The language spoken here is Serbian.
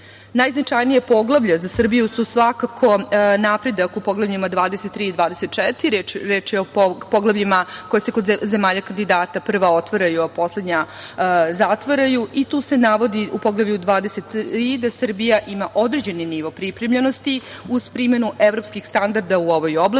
Srbije. Najznačajnije poglavlje za Srbiju su svakako napredak u poglavljima 23 i 24, a reč je o poglavljima koja se kod zemalja kandidata prva otvaraju, a poslednja zatvaraju. Tu se navodi da Srbija ima određeni nivo pripremljenosti uz primenu evropskih standarda u ovoj oblasti